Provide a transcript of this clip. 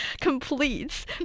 completes